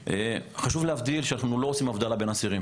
חשוב להדגיש שאנחנו לא מבדילים בין אסירים